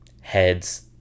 Heads